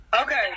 Okay